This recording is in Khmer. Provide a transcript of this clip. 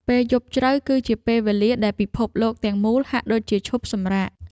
ពេលយប់ជ្រៅគឺជាពេលវេលាដែលពិភពលោកទាំងមូលហាក់ដូចជាឈប់សម្រាក។